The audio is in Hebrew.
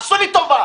עשו לי טובה.